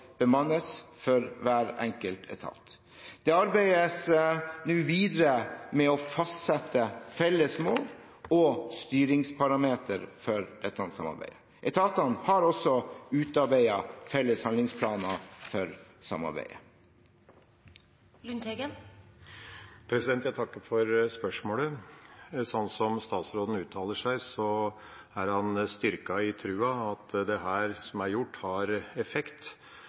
bemannes for hver enkelt etat. Det arbeides nå videre med å fastsette felles mål og styringsparametere for dette samarbeidet. Etatene har også utarbeidet felles handlingsplaner for samarbeidet. Jeg takker for svaret. Sånn som statsråden uttaler seg, er han styrket i trua på at dette som er gjort, har effekt.